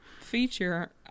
feature